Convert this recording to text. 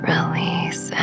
Release